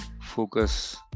focus